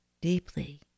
deeply